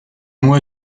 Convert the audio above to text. mois